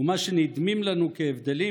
ומה שנדמים לנו כהבדלים,